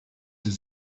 does